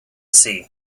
sea